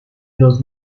los